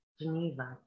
Geneva